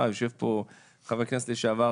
יושב פה חבר הכנסת לשעבר,